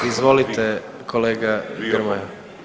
Izvolite kolega Grmoja.